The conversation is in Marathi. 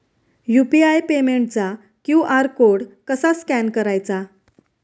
यु.पी.आय पेमेंटचा क्यू.आर कोड कसा स्कॅन करायचा?